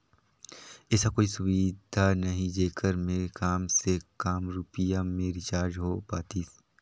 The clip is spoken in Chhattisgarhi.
ऐसा कोई सुविधा नहीं जेकर मे काम से काम रुपिया मे रिचार्ज हो पातीस?